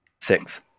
Six